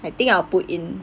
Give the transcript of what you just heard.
I think I'll put in